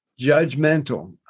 Judgmental